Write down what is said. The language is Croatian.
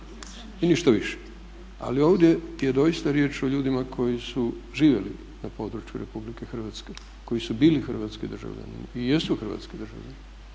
I ništa više. Ali ovdje je doista riječ o ljudima koji su živjeli na području RH, koji su bili hrvatski državljani i jesu hrvatski državljani